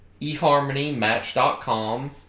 eharmonymatch.com